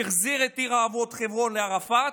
שהחזיר את עיר האבות חברון לערפאת,